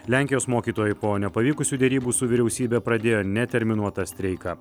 lenkijos mokytojai po nepavykusių derybų su vyriausybe pradėjo neterminuotą streiką